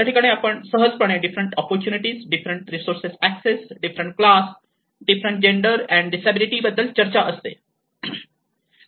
त्याठिकाणी सहजपणे different opportunity different resources access different class different gender and disability बद्दल चर्चा असते